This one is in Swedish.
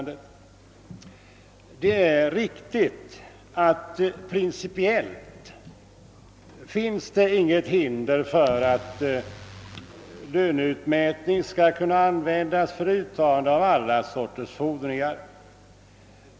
Det är riktigt att det principiellt inte finns något hinder för att löneutmätning skall kunna användas för uttagande av alla slag av fordringar.